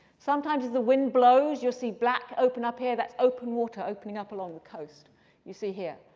sometimes the wind blows. you'll see black open up here. that's open water opening up along the coast you see here.